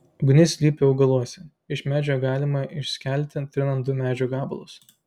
ugnis slypi augaluose iš medžio ją galima išskelti trinant du medžio gabalus